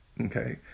Okay